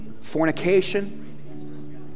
fornication